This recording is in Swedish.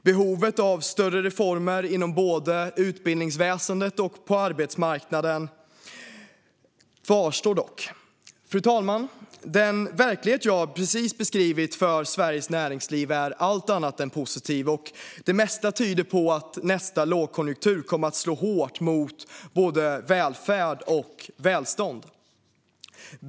Behovet av större reformer både inom utbildningsväsendet och på arbetsmarknaden kvarstår dock. Fru talman! Den verklighet för Sveriges näringsliv jag precis har beskrivit är allt annat än positiv, och det mesta tyder på att nästa lågkonjunktur kommer att slå hårt mot både välfärd och välstånd.